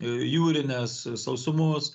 jūrines sausumos